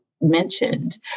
mentioned